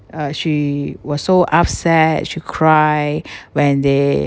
uh she was so upset she cry when they